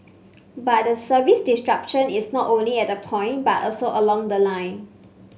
but the service disruption is not only at the point but also along the line